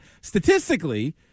statistically